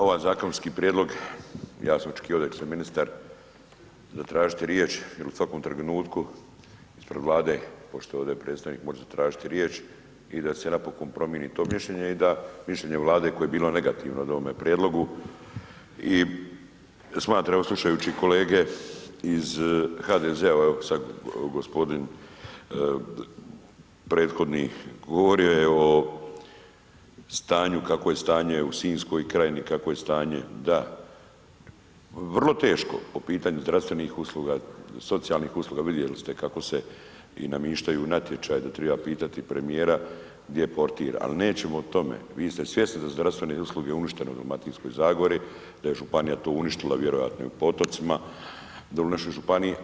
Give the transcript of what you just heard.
Ovaj zakonski prijedlog ja sam očekivao da će se ministar zatražiti riječ jer u svakom trenutku ispred Vlade, pošto ovdje predstavnik može zatražiti riječ i da se napokon promijeni to mišljenje i da mišljenje Vlade koje je bilo negativno o ovome prijedlogu i smatram evo slušajući kolege iz HDZ-a evo sad gospodin prethodni govorio je kakvo je stanje u Sinjskoj krajini, kakvo je stanje, da, vrlo teško po pitanju zdravstvenih usluga, socijalnih usluga, vidjeli ste kako se i namištaju natječaji da treba pitati premijera gdje je portir, al nećemo o tome, vi ste svjesni da su zdravstvene usluge uništene u Dalmatinskoj zagori, da je županija to uništila, vjerojatno i po otocima, doli u našoj županiji.